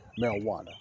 marijuana